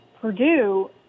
Purdue